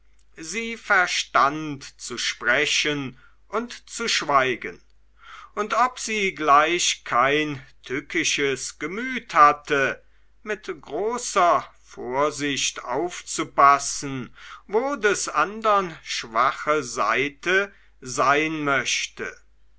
sie verstand zu sprechen und zu schweigen und ob sie gleich kein tückisches gemüt hatte mit großer vorsicht aufzupassen wo des andern schwache seite sein möchte